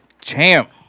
Champ